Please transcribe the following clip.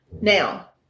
Now